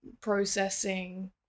processing